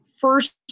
first